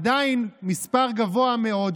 עדיין מספר גבוה מאוד,